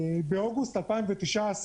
באוגוסט 2019,